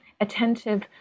attentive